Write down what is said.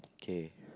K